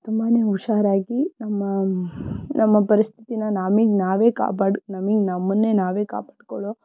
ತುಂಬಾನೇ ಹುಷಾರಾಗಿ ನಮ್ಮ ನಮ್ಮ ಪರಿಸ್ಥಿತಿನ ನಮಗೆ ನಾವೇ ಕಾಪಾಡಿ ನಮಗೆ ನಮ್ಮನ್ನೇ ನಾವೇ ಕಾಪಾಡಿಕೊಳ್ಳೋ